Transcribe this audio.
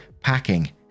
packing